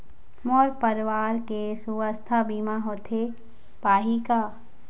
मोर परवार के सुवास्थ बीमा होथे पाही का?